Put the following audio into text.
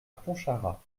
pontcharra